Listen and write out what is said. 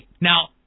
Now